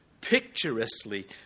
picturesquely